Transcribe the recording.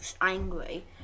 angry